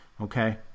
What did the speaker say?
Okay